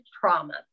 trauma